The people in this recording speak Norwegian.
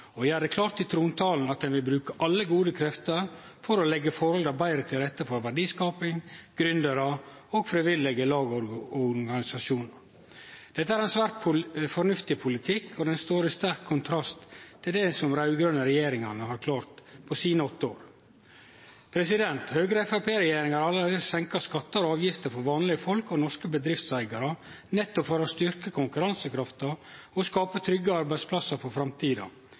og gjer det klart i trontalen at ho vil bruke alle gode krefter for å leggje forholda betre til rette for verdiskaping, gründerar og frivillige lag og organisasjonar. Dette er ein svært fornuftig politikk, som står i sterk kontrast til det som den raud-grøne regjeringa har klart på sine åtte år. Høgre–Framstegsparti-regjeringa har allereie senka skattar og avgifter for vanlege folk og norske bedriftseigarar, nettopp for å styrkje konkurransekrafta og skape trygge arbeidsplasser for framtida.